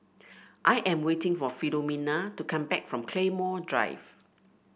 I am waiting for Filomena to come back from Claymore Drive